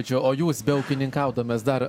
čia o jūs be ūkininkaudamas dar